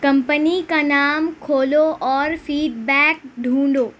company کا نام کھولو اور فیڈ بیک ڈھونڈو